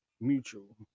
mutual